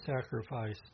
sacrifice